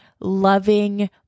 loving